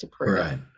Right